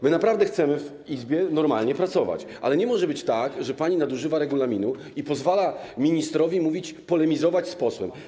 My naprawdę chcemy w Izbie normalnie pracować, ale nie może być tak, że pani nadużywa regulaminu i pozwala ministrowi mówić, polemizować z posłem.